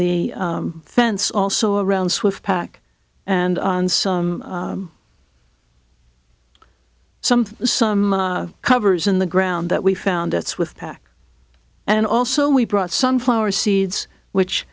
the fence also around swift pack and on some some some covers in the ground that we found it's with pac and also we brought sunflower seeds which